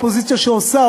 אופוזיציה שעושה,